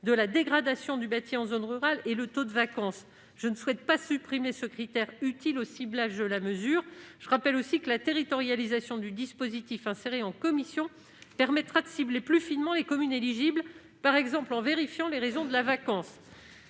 de la dégradation du bâti en zone rurale. Je ne souhaite pas supprimer ce critère utile au ciblage de la mesure. Par ailleurs, la territorialisation du dispositif inséré en commission permettra de cibler plus finement les communes éligibles, par exemple en vérifiant les raisons de la vacance.